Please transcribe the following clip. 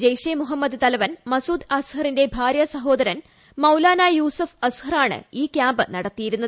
ജെയ്ഷെ മുഹമ്മദ് തലവൻ മസൂദ് അസ്ഹറിന്റെ ഭാര്യാസഹോദരൻ മൌലാന യൂസഫ് അസ്ഹറാണ് ഈ കൃാമ്പ് നടത്തിയിരുന്നത്